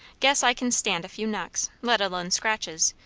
guess i kin stand a few knocks, let alone scratches,